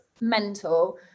mental